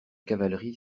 cavalerie